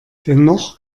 dennoch